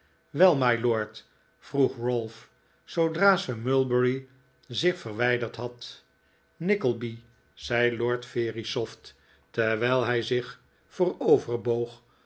wel mylord vroeg ralph zoodra sir mulberry zich verwijderd had nickleby zei lord verisopht terwijl hij zich